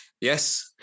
yes